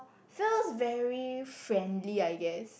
feels very friendly I guess